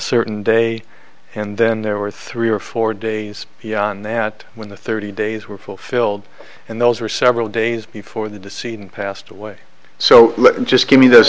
certain day and then there were three or four days beyond that when the thirty days were fulfilled and those were several days before the deceit and passed away so just give me th